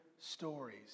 stories